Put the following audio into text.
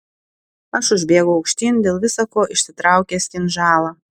aš užbėgau aukštyn dėl visa ko išsitraukęs kinžalą